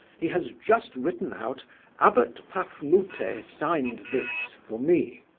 he has just written out abbot pafnute ah signed this for me.